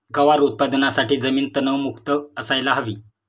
गवार उत्पादनासाठी जमीन तणमुक्त असायला हवी